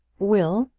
will,